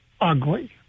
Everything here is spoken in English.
ugly